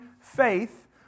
faith